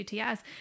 UTS